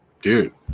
Dude